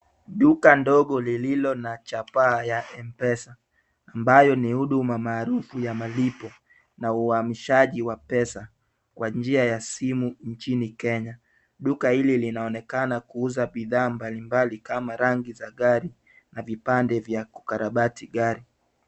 Duka ndogo lililo na chapa ya mpesa, ambayo ni huduma maarufu ya malipo na uhamishaji wa pesa kwa njia ya simu nchini Kenya. Duka hili linaonekana kuuza bidhaa mbalimbali kama rangi za gari na vipande vya kukarabati gari.